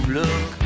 look